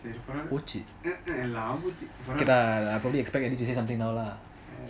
போச்சி எல்லாம் போச்சி கேட்ட:pochi ellam pochi keata expect to say something now lah